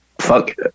fuck